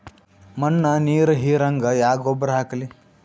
ಮಣ್ಣ ನೀರ ಹೀರಂಗ ಯಾ ಗೊಬ್ಬರ ಹಾಕ್ಲಿ?